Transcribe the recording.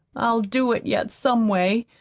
i'll do it yet some way,